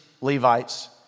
Levites